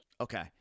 Okay